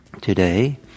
today